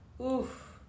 Oof